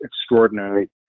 extraordinary